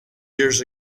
years